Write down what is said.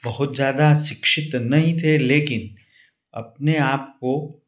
बहुत ज़्यादा शिक्षित नहीं थे लेकिन अपने आप को